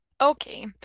Okay